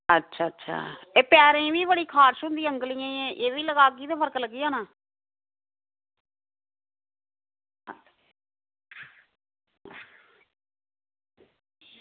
अच्छा अच्छा एह् पैरें ई बी बड़ी खारिश होंदी ऐ औंगलियें गी एह्बी लगागे ते फर्क पेई जाना